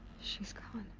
she's gone.